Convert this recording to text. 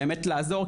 באמת לעזור,